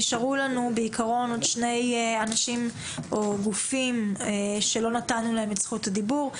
נשארו לנו עוד שני גופים שלא נתנו להם את זכות הדיבור,